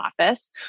office